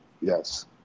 Yes